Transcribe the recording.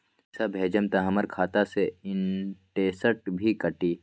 पैसा भेजम त हमर खाता से इनटेशट भी कटी?